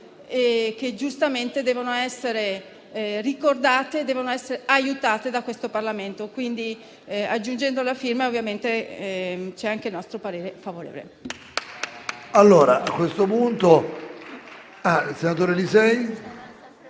che, giustamente, devono essere ricordate e aiutate dal Parlamento. Quindi, aggiungendo la firma, esprimo anche il nostro parere favorevole.